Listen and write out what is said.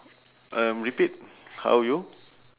um repeat how you